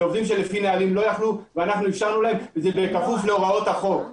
אלה עובדים שלפי נהלים לא יכלו ואנחנו אפשרנו להם בכפוף להוראות החוק.